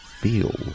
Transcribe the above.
feel